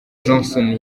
johnson